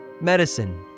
medicine